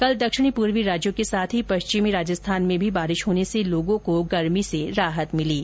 कल दक्षिणी पूर्वी राज्यों के साथ ही पश्चिमी राजस्थान में भी बारिश होने से लोगों गर्मी से राहत मिली है